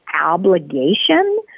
obligation